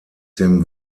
dem